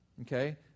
okay